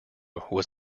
was